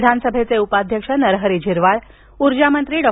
विधानसभेचे उपाध्यक्ष नरहरी झिरवाळ ऊर्जा मंत्री डॉ